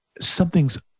something's